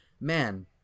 man